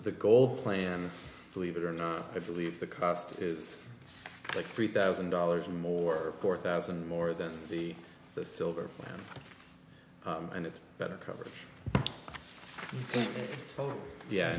the gold plan believe it or not i believe the cost is like three thousand dollars or more four thousand more than the silver and it's better cover yanto yeah